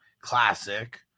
Classic